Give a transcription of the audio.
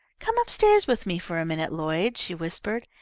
come up-stairs with me for a minute, lloyd, she whispered,